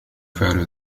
فعل